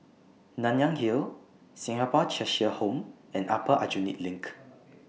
Nanyang Hill Singapore Cheshire Home and Upper Aljunied LINK